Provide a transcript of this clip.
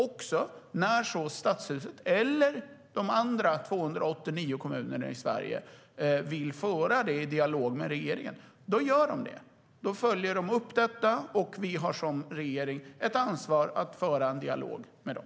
Och när Stadshuset eller de andra 289 kommunerna i Sverige vill föra en dialog med regeringen gör de det. Då följer de upp detta, och vi har som regering ett ansvar att föra en dialog med dem.